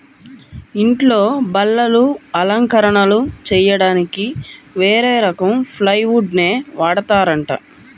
ఇంట్లో బల్లలు, అలంకరణలు చెయ్యడానికి వేరే రకం ప్లైవుడ్ నే వాడతారంట